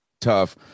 tough